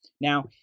Now